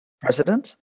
president